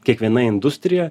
kiekviena industrija